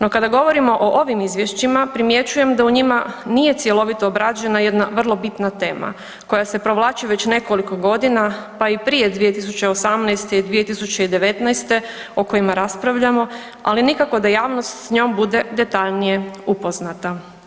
No, kada govorimo o ovim izvješćima primjećujem da u njima nije cjelovito obrađena jedna vrlo bitna tema koja se provlači već nekoliko godina pa i prije 2018. i 2019. o kojima ali nikako da javnost s njom bude detaljnije upoznata.